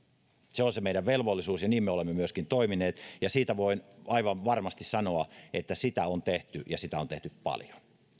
se on se meidän velvollisuutemme ja niin me olemme myöskin toimineet ja sen voin aivan varmasti sanoa että sitä on tehty ja sitä on tehty paljon